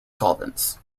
solvents